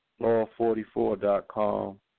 Law44.com